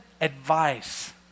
advice